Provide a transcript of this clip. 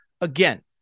Again